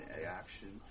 action